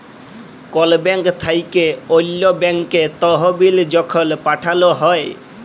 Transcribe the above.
call bank থ্যাইকে অল্য ব্যাংকে তহবিল যখল পাঠাল হ্যয়